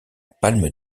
palme